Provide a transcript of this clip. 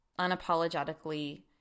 unapologetically